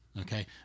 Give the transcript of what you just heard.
Okay